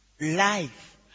life